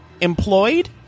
employed